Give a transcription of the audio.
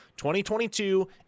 2022